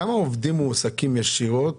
כמה עובדים מועסקים ישירות